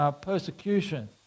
persecution